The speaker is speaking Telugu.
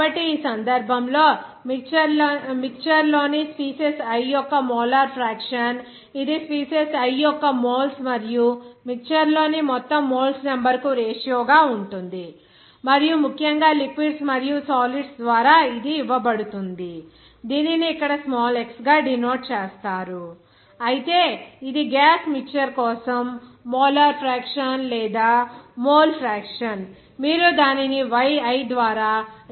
కాబట్టి ఈ సందర్భంలో మిక్చర్ లోని స్పీసీస్ i యొక్క మోల్ ఫ్రాక్షన్ ఇది స్పీసీస్ i యొక్క మోల్స్ మరియు మిక్చర్ లోని మొత్తం మోల్స్ నెంబర్ కు రేషియో గా ఉంటుంది మరియు ముఖ్యంగా లిక్విడ్స్ మరియు సాలీడ్స్ ద్వారా ఇవ్వబడుతుంది దీనిని ఇక్కడ స్మాల్ x గా డినోట్ చేస్తారు xinii1nni WiMii1nWiMi cic అయితే ఇది గ్యాస్ మిక్చర్ కోసం మోలార్ ఫ్రాక్షన్ లేదా మోల్ ఫ్రాక్షన్ మీరు దానిని yi ద్వారా రిప్రజెంట్ చేయాలి